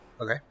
Okay